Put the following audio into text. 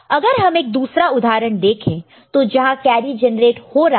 अगर हम एक दूसरा उदाहरण देखे तो जहां कैरी जनरेट हो रहा है